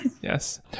Yes